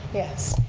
yes.